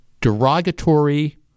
derogatory